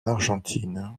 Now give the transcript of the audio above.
argentine